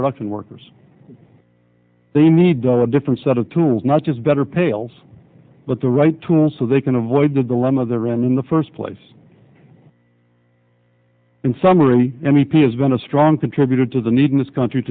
production workers they need a different set of tools not just better pails but the right tools so they can avoid the dilemma of the rand in the first place in summary m e p has been a strong contributor to the need in this country